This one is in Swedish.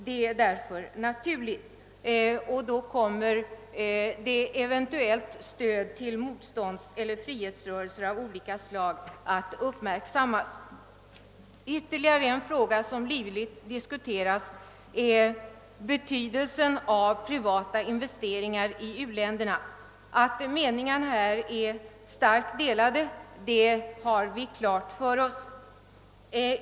Det är därför naturligt att också eventuellt stöd till motståndseller frihetsrörelser av olika slag uppmärksammas. Ytterligare en fråga som livligt diskuterats är betydelsen av privata investeringar i u-länderna. Att meningarna här är starkt delade har vi klart för oss.